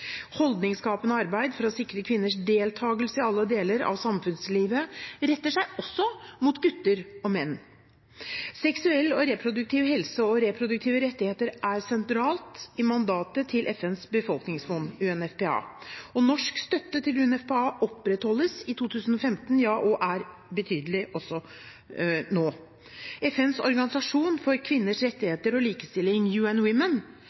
Holdningsskapende arbeid for å sikre kvinners deltagelse i alle deler av samfunnslivet retter seg også mot gutter og menn. Seksuell og reproduktiv helse og reproduktive rettigheter er sentralt i mandatet til FNs befolkningsfond, UNFPA, og norsk støtte til UNFPA opprettholdes i 2015 og er betydelig også nå. FNs organisasjon for kvinners rettigheter og likestilling, UN Women,